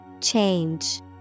Change